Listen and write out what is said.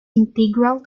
integral